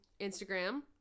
Instagram